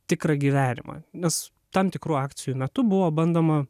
tikrą gyvenimą nes tam tikrų akcijų metu buvo bandoma